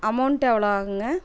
amount எவ்வளோ ஆகும்ங்க